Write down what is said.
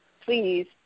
please